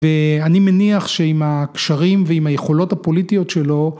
ואני מניח שעם הקשרים ועם היכולות הפוליטיות שלו